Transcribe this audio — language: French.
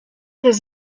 des